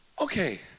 Okay